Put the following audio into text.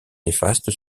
néfaste